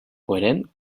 coherent